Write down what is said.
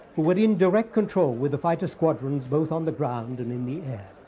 who were in direct control with the fighter squadrons both on the ground and in the air.